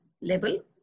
level